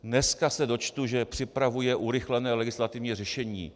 Dneska se dočtu, že připravuje urychlené legislativní řešení.